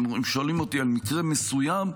אם שואלים אותי על מקרה מסוים,